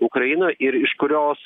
ukraina ir iš kurios